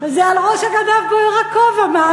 זה על ראש הגנב בוער הכובע.